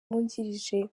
wungirije